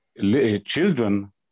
Children